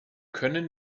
können